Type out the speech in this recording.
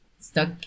Stuck